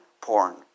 Porn